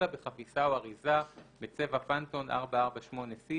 אלא בחפיסה או באריזה בצבע Pantone 448 C,